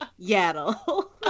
Yaddle